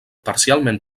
parcialment